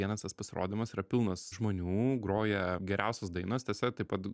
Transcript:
vienas tas pasirodymas yra pilnas žmonių groja geriausios dainos tiesa taip pat